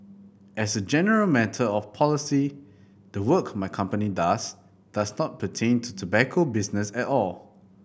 as a general matter of policy the work my company does does not pertain to tobacco business at all